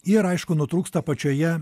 ir aišku nutrūksta pačioje